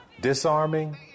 Disarming